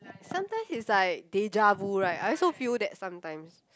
sometimes it's like deja vu right I also feel that sometimes